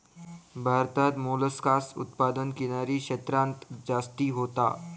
भारतात मोलस्कास उत्पादन किनारी क्षेत्रांत जास्ती होता